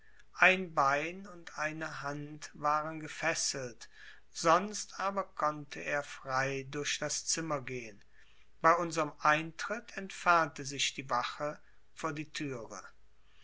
ein bein und eine hand waren gefesselt sonst aber konnte er frei durch das zimmer gehen bei unserm eintritt entfernte sich die wache vor die türe